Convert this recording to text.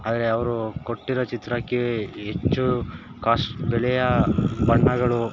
ಆದರೆ ಅವರು ಕೊಟ್ಟಿರೊ ಚಿತ್ರಕ್ಕೆ ಹೆಚ್ಚು ಕಾಸ್ಟ್ ಬೆಲೆಯ ಬಣ್ಣಗಳು